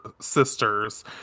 sisters